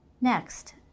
Next